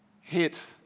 hit